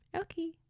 Okay